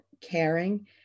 caring